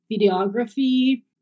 videography